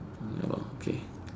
ya okay